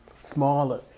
smaller